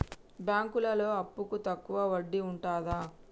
బ్యాంకులలో అప్పుకు తక్కువ వడ్డీ ఉంటదా?